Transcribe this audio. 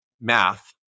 math